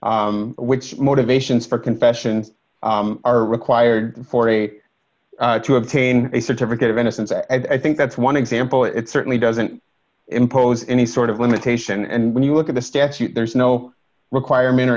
which motivations for confession are required for a to obtain a certificate of innocence i think that's one example it certainly doesn't impose any sort of limitation and when you look at the statute there's no requirement for